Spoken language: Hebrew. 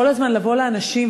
כל הזמן לבוא אל אנשים,